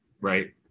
right